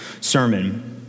sermon